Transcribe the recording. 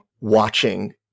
watching